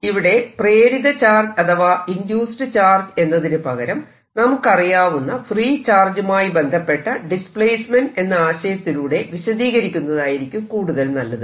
ഇവിടെ പ്രേരിത ചാർജ് അഥവാ ഇൻഡ്യൂസ്ഡ് ചാർജ് എന്നതിന് പകരം നമുക്ക് അറിയാവുന്ന ഫ്രീ ചാർജുമായി ബന്ധപ്പെട്ട ഡിസ്പ്ലേസ്മെന്റ് എന്ന ആശയത്തിലൂടെ വിശദീകരിക്കുന്നതായിരിക്കും കൂടുതൽ നല്ലത്